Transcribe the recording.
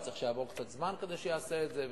הוא היה צריך שיעבור קצת זמן כדי לעשות את זה.